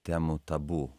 temų tabu